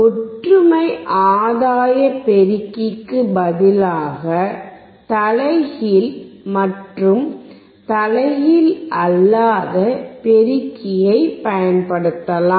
ஒற்றுமை ஆதாய பெருக்கிக்கு பதிலாக தலைகீழ் மற்றும் தலைகீழ் அல்லாத பெருக்கியை பயன்படுத்தலாம்